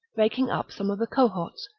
breaking up some of the cohorts,